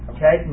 Okay